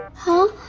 home.